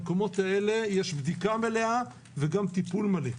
המקומות האלה יש בדיקה מלאה וגם טיפול מלא?